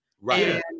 Right